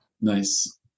Nice